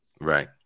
right